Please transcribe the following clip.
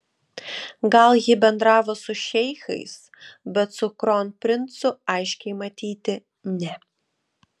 gal ji bendravo su šeichais bet su kronprincu aiškiai matyti ne